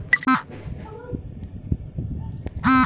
আমার ব্যবসার ক্ষেত্রে লোন কিভাবে পাব?